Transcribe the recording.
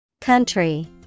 Country